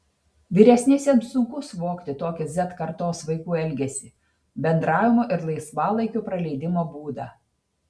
vyresniesiems sunku suvokti tokį z kartos vaikų elgesį bendravimo ir laisvalaikio praleidimo būdą